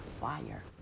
fire